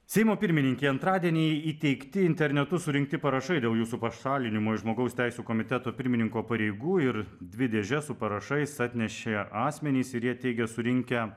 seimo pirmininkei antradienį įteikti internetu surinkti parašai dėl jūsų pašalinimo iš žmogaus teisių komiteto pirmininko pareigų ir dvi dėžes su parašais atnešė asmenys ir jie teigia surinkę